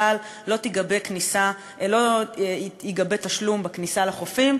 שככלל לא ייגבה תשלום בכניסה לחופים,